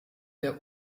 der